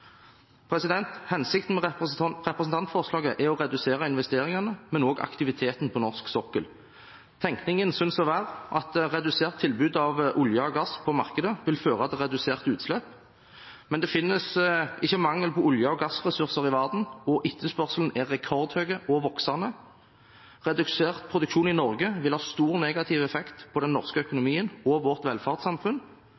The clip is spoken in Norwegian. Hensikten med representantforslaget er å redusere investeringene, men også aktiviteten på norsk sokkel. Tenkningen synes å være at redusert tilbud av olje og gass på markedet vil føre til reduserte utslipp. Men det finnes ikke mangel på olje- og gassressurser i verden, og etterspørselen er rekordhøy og voksende. Redusert produksjon i Norge vil ha stor negativ effekt på den norske